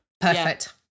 Perfect